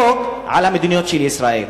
לחלוק על המדיניות של ישראל.